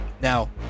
Now